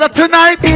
tonight